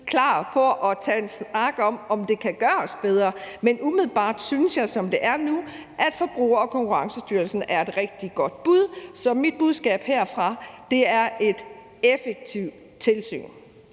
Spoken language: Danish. klar på at tage en snak om, om det kan gøres bedre. Men umiddelbart synes jeg, som det er nu, at Forbruger- og Konkurrencestyrelsen er et rigtig godt bud. Så mit budskab herfra er, at det vil være et effektivt tilsyn.